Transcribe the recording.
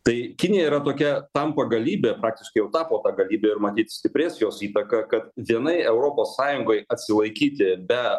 tai kinija yra tokia tampa galybė faktiškai jau tapo ta galybė ir matyt stiprės jos įtaka kad vienai europos sąjungoj atsilaikyti be